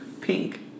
Pink